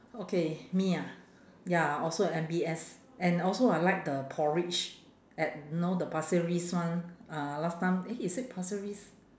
okay me ah ya also at M_B_S and also I like the porridge at you know the pasir ris one uh last time eh is it pasir ris